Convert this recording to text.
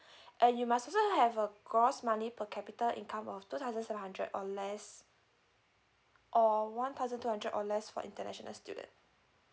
and you must also have a gross money per capita income of two thousand seven hundred or less or one thousand two hundred or less for international student